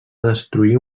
destruir